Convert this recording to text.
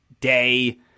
day